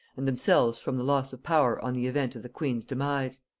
and themselves from the loss of power on the event of the queen's demise.